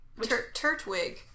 Turtwig